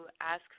ask